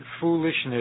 Foolishness